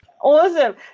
awesome